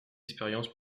d’expérience